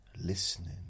...listening